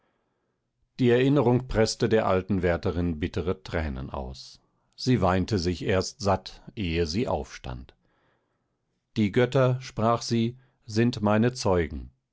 die erinnerung preßte der alten wärterin bittere thränen aus sie weinte sich erst satt ehe sie aufstand die götter sprach sie sind meine zeugen